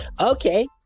Okay